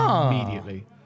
Immediately